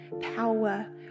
power